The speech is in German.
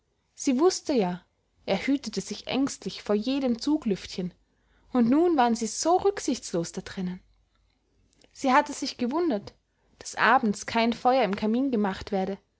sie wußte ja er hütete sich ängstlich vor jedem zuglüftchen und nun waren sie so rücksichtslos da drinnen sie hatte sich gewundert daß abends kein feuer im kamin gemacht werde